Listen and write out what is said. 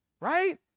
right